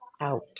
out